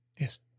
Yes